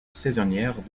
saisonnières